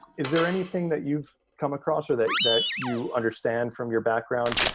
is there anything that you've come across, or that that you understand from your background,